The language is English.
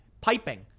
piping